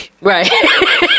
right